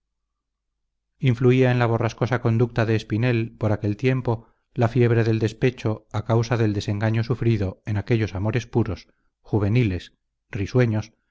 influía en la borrascosa conducta de espinel por aquel tiempo la fiebre del despecho a causa del desengaño sufrido en aquellos amores puros juveniles risueños